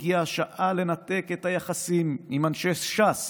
הגיעה השעה לנתק את היחסים עם אנשי ש"ס